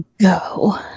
Go